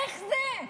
איך זה?